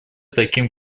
таким